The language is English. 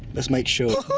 let's make sure.